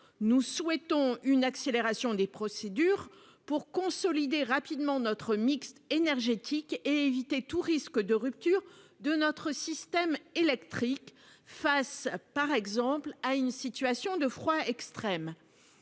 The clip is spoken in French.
Nous plaidons pour une accélération des procédures afin de consolider rapidement notre mix énergétique et d'éviter tout risque de rupture de notre système électrique, par exemple face à une situation de froid extrême.